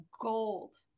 gold